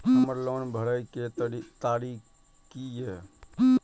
हमर लोन भरए के तारीख की ये?